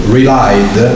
relied